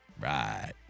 Right